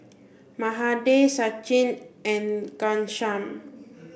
Mahade Sachin and Ghanshyam